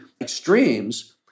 extremes